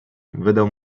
wydał